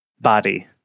body